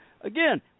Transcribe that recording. Again